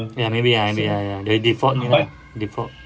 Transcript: ya maybe ah maybe ya ya the default punya default